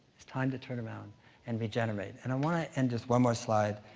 it's time to turn around and regenerate. and i wanna end just one more slide,